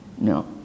No